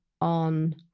on